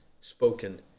spoken